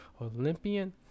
Olympian